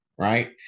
Right